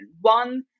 One